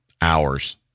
Hours